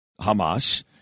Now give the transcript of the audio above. Hamas